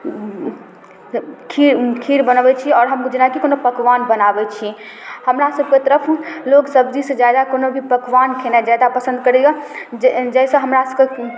फेर खीर खीर बनबै छी आओर हम जेनाकि कोनो पकवान बनाबै छी हमरासबके तरफ लोग सब्जीसँ ज्यादा कोनो भी पकवान खेनाइ ज्यादा पसन्द करैए जे जाहिसँ हमरा सबके